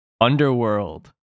Underworld